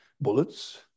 bullets